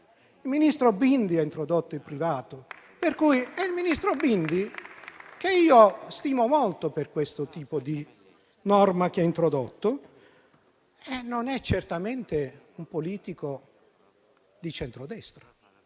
Il ministro Bindi ha introdotto il privato ed è un Ministro che stimo molto per questo tipo di norma che ha introdotto e non è certamente un politico di centrodestra.